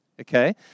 okay